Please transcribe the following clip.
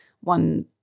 one